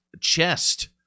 chest